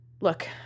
Look